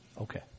okay